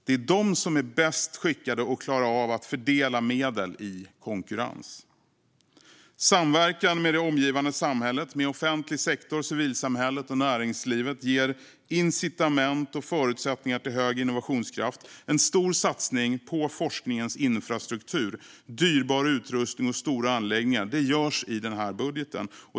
Det är de som är bäst skickade att klara av att fördela medel i konkurrens. Samverkan med det omgivande samhället, med offentlig sektor, civilsamhället och näringslivet ger incitament och förutsättningar till hög innovationskraft. En stor satsning på forskningens infrastruktur, dyrbar utrustning och stora anläggningar, görs i den här budgeten.